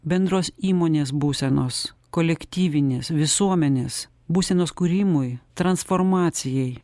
bendros įmonės būsenos kolektyvinės visuomenės būsenos kūrimui transformacijai